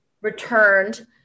returned